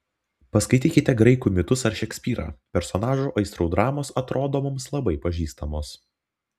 paskaitykite graikų mitus ar šekspyrą personažų aistrų dramos atrodo mums labai pažįstamos